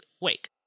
wake